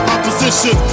Opposition